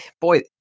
boy